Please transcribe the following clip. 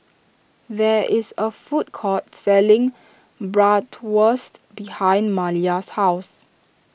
there is a food court selling Bratwurst behind Maliyah's house